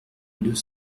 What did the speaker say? deux